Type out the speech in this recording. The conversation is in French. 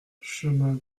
chemin